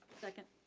second.